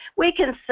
we can so